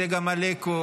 צגה מלקו,